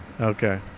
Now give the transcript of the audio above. Okay